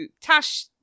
Tash